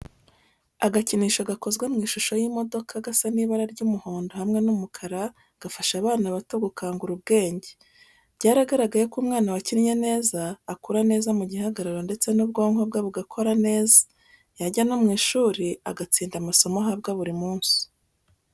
Agakinisho gakozwe mu ishusho y'imodoka gasa n'ibara ry'umuhondo, hamwe n'umukara gafasha abana bato gukangura ubwenge. Byaragaragaye ko umwana wakinnye neza akura neza mu gihagararo ndetse n'ubwonko bwe bugakora neza, yajya no mu ishuri agatsinda amasomo ahabwa buri munsi.